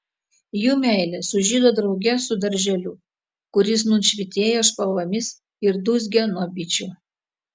jų meilė sužydo drauge su darželiu kuris nūn švytėjo spalvomis ir dūzgė nuo bičių